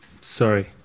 sorry